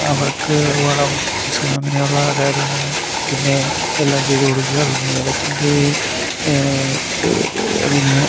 അവർക്ക് വളം അങ്ങനെയുള്ള കാര്യങ്ങൾ പിന്നെ എല്ലാം ചെയ്തു കൊടുക്കുക പിന്നെ ഏലത്തിൻ്റെ അതിന്